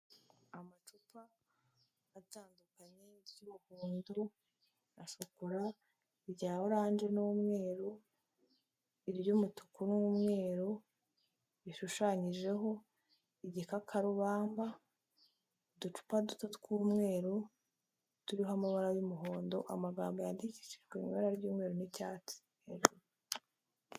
Amacupa atandukanye y'umuhondo na shokora, irya oranje n'umweru, iry'umutuku n'umweru bishushanyijeho igikakarubamba, uducupa duto tw'umweru turiho amabara y'umuhondo amagambo yadikishijwe ibara ry'umweru n'icyatsi.